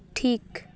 ᱴᱷᱤᱠ